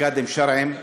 קאדים שרעיים,